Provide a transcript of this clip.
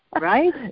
Right